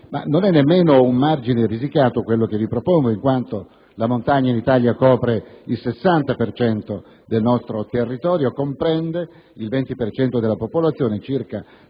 ma non è neanche un margine risicato quello che vi propongo in quanto la montagna in Italia copre il 60 per cento del nostro territorio, comprende il 20 per cento della popolazione (circa 12